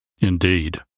Indeed